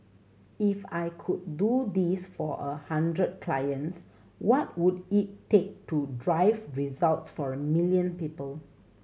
if I could do this for a hundred clients what would it take to drive results for a million people